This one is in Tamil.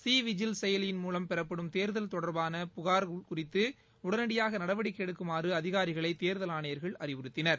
சி விஜில் செயலியின் பெறப்படும் தேர்தல் தொடர்பான புகார்கள் குறித்துடடனடியாகநடவடிக்கைஎடுக்குமாறுஅதிகாரிகளைதேர்தல் ஆணையர்கள் அறிவுறுத்தினர்